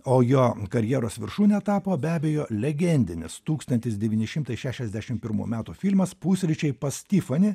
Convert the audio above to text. o jo karjeros viršūne tapo be abejo legendinis tūkstantis devyni šimtai šešiasdešim pirmų metų filmas pusryčiai pas tifani